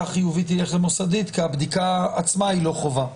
חיובית שילך למוסדית כי הבדיקה עצמה היא לא חובה.